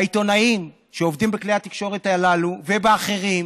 העיתונאים שעובדים בכלי התקשורת הללו ובאחרים